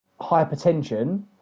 hypertension